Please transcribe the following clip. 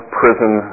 prison